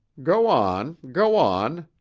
go on go on,